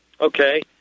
Okay